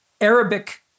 Arabic